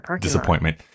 disappointment